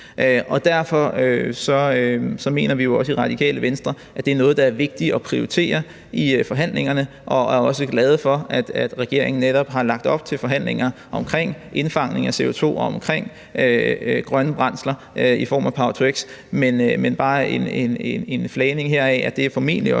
Derfor mener vi også i Radikale Venstre, at det er noget, der er vigtigt at prioritere i forhandlingerne, og vi er også glade for, at regeringen netop har lagt op til forhandlinger om indfangning af CO2 og om grønne brændsler i form af power-to-x; bare en flagning heraf. Det er formentlig også